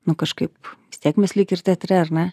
nu kažkaip vis tiek mes lyg ir teatre ar ne